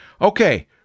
Okay